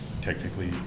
technically